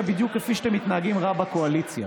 בדיוק כפי שאתם מתנהגים רע בקואליציה.